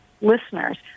listeners